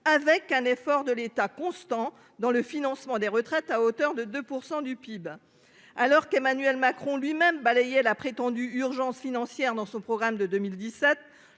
avec un effort de l'État constant dans le financement des retraites à hauteur de 2% du PIB. Alors qu'Emmanuel Macron lui-même balayé la prétendue urgence financière dans son programme de 2017.